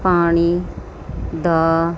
ਪਾਣੀ ਦਾ